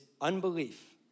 unbelief